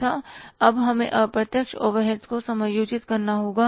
अब हमें अप्रत्यक्ष ओवरहेड्स को समायोजित करना होगा